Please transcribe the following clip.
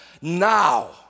now